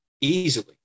easily